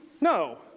No